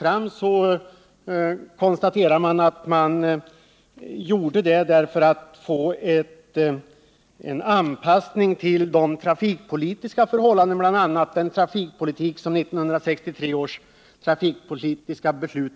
Förslaget motiverades med att man ville ha en anpassning till bl.a. 1963 års trafikpolitik.